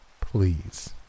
Please